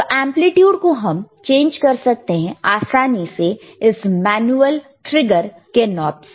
तो एंप्लीट्यूड को हम चेंज कर सकते हैं आसानी से इस मैनुअल ट्रिगर के मदद से